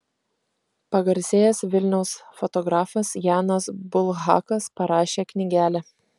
pagarsėjęs vilniaus fotografas janas bulhakas parašė knygelę